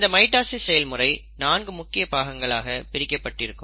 இந்த மைட்டாசிஸ் செயல்முறை நான்கு முக்கிய பாகங்களாக பிரிக்கப்பட்டிருக்கும்